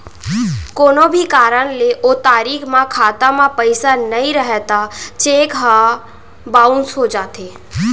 कोनो भी कारन ले ओ तारीख म खाता म पइसा नइ रहय त चेक ह बाउंस हो जाथे